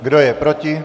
Kdo je proti?